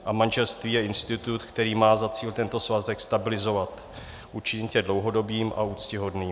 A manželství je institut, který má za cíl tento svazek stabilizovat, učinit jej dlouhodobým a úctyhodným.